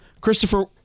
Christopher